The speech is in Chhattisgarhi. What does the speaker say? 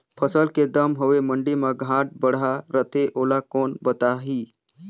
फसल के दम हवे मंडी मा घाट बढ़ा रथे ओला कोन बताही?